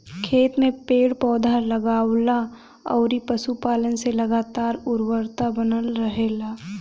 खेत में पेड़ पौधा, लगवला अउरी पशुपालन से लगातार उर्वरता बनल रहेला